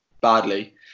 badly